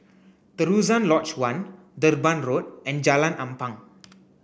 Terusan Lodge One Durban Road and Jalan Ampang